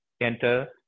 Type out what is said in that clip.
enter